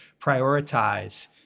prioritize